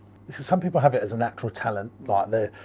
some people have it as a natural talent, like they,